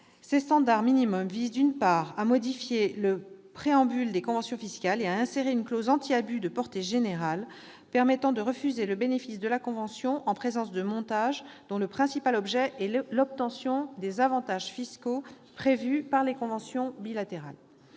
ces standards minimums visent à modifier le préambule des conventions fiscales et à insérer une clause anti-abus de portée générale permettant de refuser le bénéfice de la convention en présence de montages dont le principal objet est l'obtention des avantages fiscaux prévus par les conventions bilatérales.